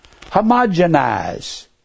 Homogenize